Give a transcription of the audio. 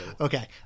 Okay